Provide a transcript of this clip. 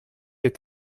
est